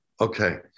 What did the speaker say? Okay